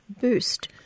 Boost